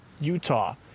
Utah